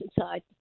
inside